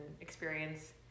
experience